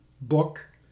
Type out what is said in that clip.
book